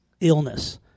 illness